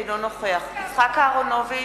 אינו נוכח יצחק אהרונוביץ,